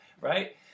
right